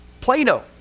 Plato